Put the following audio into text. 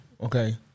Okay